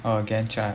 oh gantt chart